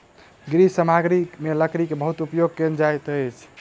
गृह सामग्री में लकड़ी के बहुत उपयोग कयल जाइत अछि